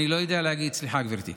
אני לא יודע להגיד, סליחה, גברתי.